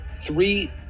three